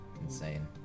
Insane